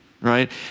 right